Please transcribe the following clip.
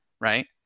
right